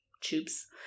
tubes